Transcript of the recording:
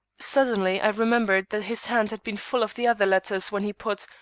suddenly i remembered that his hand had been full of the other letters when he put,